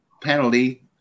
penalty